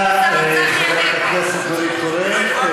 תודה לחברת הכנסת נורית קורן.